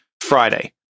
Friday